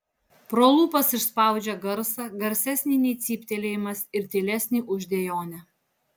pro lūpas išspaudžia garsą garsesnį nei cyptelėjimas ir tylesnį už dejonę